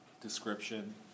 description